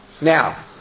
Now